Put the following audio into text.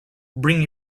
bring